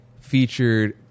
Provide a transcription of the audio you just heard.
featured